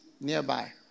nearby